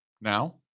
Now